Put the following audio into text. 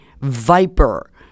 viper